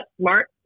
smart